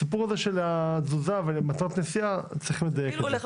הסיפור הזה של התזוזה ו"למטרות נסיעה בו"